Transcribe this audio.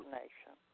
nation